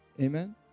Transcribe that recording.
Amen